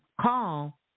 call